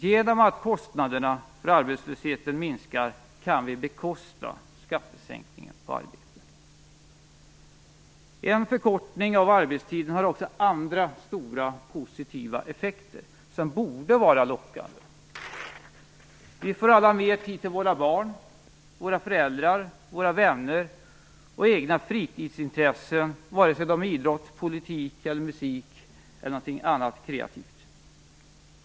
Genom att kostnaderna för arbetslösheten minskar kan vi bekosta skattesänkningen på arbete. En förkortning av arbetstiden har också andra stora positiva effekter, som borde vara lockande. Vi får alla mer tid till våra barn, våra föräldrar, våra vänner och egna fritidsintressen, vare sig de är idrott, politik, musik eller någonting annat kreativt.